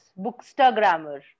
Bookstagrammer